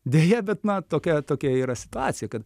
deja bet na tokia tokia yra situacija kad